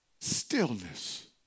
stillness